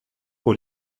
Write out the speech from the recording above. pour